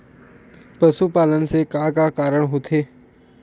पशुपालन से का का कारण होथे?